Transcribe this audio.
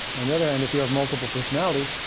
on the other hand, if you have multiple personality,